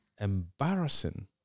embarrassing